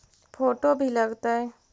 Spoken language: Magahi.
फोटो भी लग तै?